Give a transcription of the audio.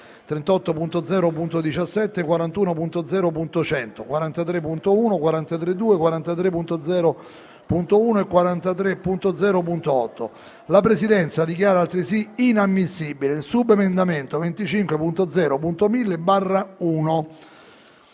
La Presidenza dichiara altresì inammissibile il subemendamento 25.0.1000/1.